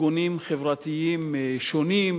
ארגונים חברתיים שונים,